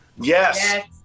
Yes